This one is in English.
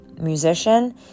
musician